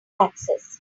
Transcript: access